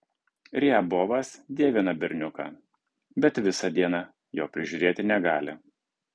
riabovas dievina berniuką bet visą dieną jo prižiūrėti negali